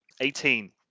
Eighteen